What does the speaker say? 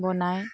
বনায়